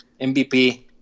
MVP